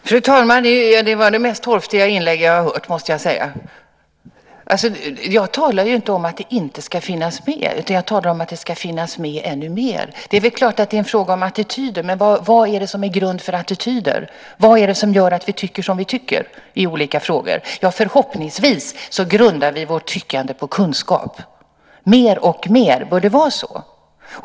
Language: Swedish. Fru talman! Det var det mest torftiga inlägg jag har hört, måste jag säga. Jag talar inte om att det inte ska finnas med, utan jag talar om att det ska finnas med ännu mer. Det är klart att det är en fråga om attityder. Men vad är det som är grunden för attityder? Vad är det som gör att vi tycker som vi tycker i olika frågor? Ja, förhoppningsvis grundar vi vårt tyckande på kunskap. Mer och mer bör det vara så.